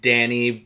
Danny